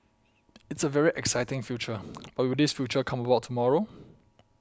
it's a very exciting future but will this future come about tomorrow